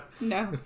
no